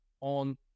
on